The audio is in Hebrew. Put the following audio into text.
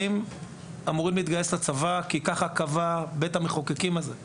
ספורטאים אמורים להתגייס לצבא כי כך קבע בית המחוקקים הזה.